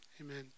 amen